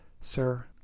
sir